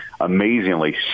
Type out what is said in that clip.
amazingly